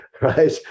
right